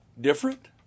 different